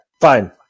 fine